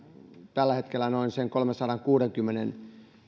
tällä hetkellä noin kolmensadankuudenkymmenen